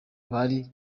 bari